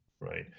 right